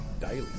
daily